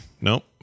Nope